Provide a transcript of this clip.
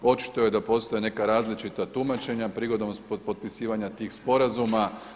Očito je da postoje neka različita tumačenja prigodom potpisivanja tih sporazuma.